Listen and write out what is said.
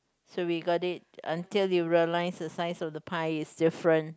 so we got it until we realize the size of the pie is different